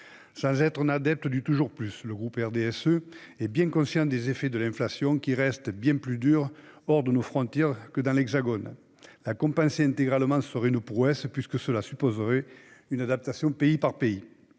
Sans être adepte du « toujours plus », le groupe RDSE est bien conscient des effets de l'inflation, celle-ci demeurant plus sévère hors de nos frontières que dans l'Hexagone. La compenser intégralement serait une prouesse, puisque cela supposerait une adaptation pays par pays.